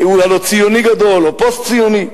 הוא הלוא ציוני גדול, או פוסט-ציוני.